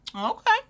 Okay